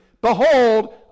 behold